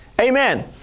Amen